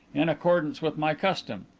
in accordance with my custom.